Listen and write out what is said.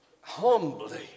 humbly